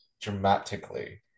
dramatically